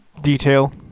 detail